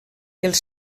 els